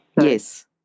Yes